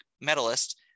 medalist